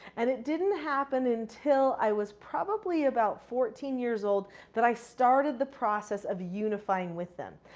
and it didn't happen until i was probably about fourteen years old that i started the process of unifying with them.